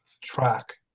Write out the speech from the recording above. track